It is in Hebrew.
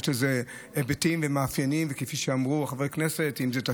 זה נובע מסוג של,